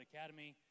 Academy